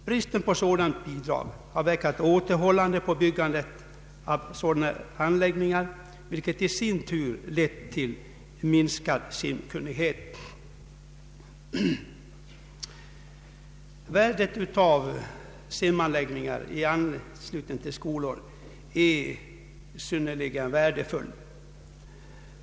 Bristen på bidrag till simanläggningar har verkat återhållande på byggandet av sådana anläggningar, vilket i sin tur lett till minskad simkunnighet. Värdet av simanläggningar i anslutning till skolor är synnerligen stort.